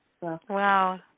wow